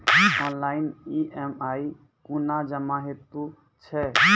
Online EMI कूना जमा हेतु छै?